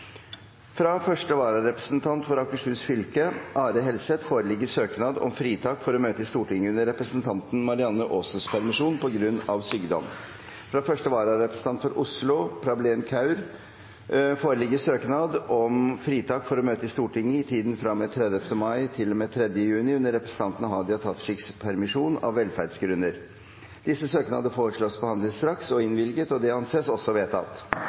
Fra første vararepresentant for Akershus fylke, Are Helseth, foreligger søknad om fritak for å møte i Stortinget under representanten Marianne Aasens permisjon, på grunn av sykdom. Fra første vararepresentant for Oslo, Prableen Kaur, foreligger søknad om fritak for å møte i Stortinget i tiden fra og med 30. mai til og med 3. juni under representanten Hadia Tajiks permisjon, av velferdsgrunner. Etter forslag fra presidenten ble enstemmig besluttet: Søknadene behandles straks og